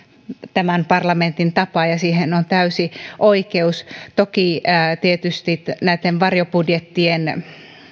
tämän parlamentin tapa ja siihen on täysi oikeus toki tietysti näitten varjobudjettien